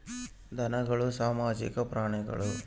ಧನಗಳು ಸಾಮಾಜಿಕ ಪ್ರಾಣಿಗಳು